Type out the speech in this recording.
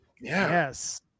Yes